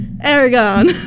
Aragon